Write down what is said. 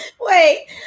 Wait